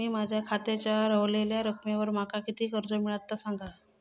मी माझ्या खात्याच्या ऱ्हवलेल्या रकमेवर माका किती कर्ज मिळात ता सांगा?